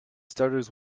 stutters